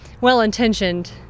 well-intentioned